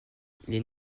les